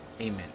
Amen